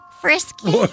frisky